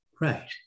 Right